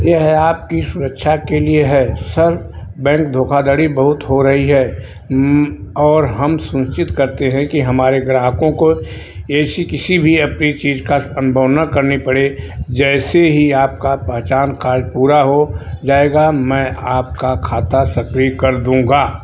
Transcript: यह आप ही की सुरक्षा के लिए है सर बैंक धोखाधड़ी बहुत हो रही हैं और हम सुनिश्चित करते हैं कि हमारे ग्राहकों को ऐसी किसी भी अप्रिय चीज़ का अनुभव न करना पड़े जैसे ही आपका पहचान कार्य पूरा हो जाएगा मैं आपका खाता सक्रिय कर दूंगा